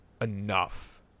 enough